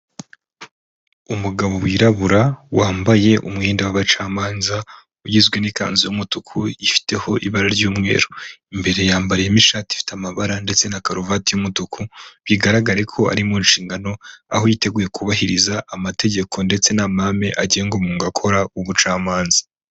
Umugabo wirabura wambaye umwenda w'abacamanza ugizwe n'ikanzu y'umutuku ifiteho ibara ry'umweru, imbere yambariyemo ishati ifite amabara ndetse na karuvati y'umutuku, bigaragare ko ari mu nshingano aho yiteguye kubahiriza amategeko ndetse n'amahame agenga umwuga akora w'ubucamanza.